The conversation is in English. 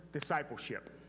discipleship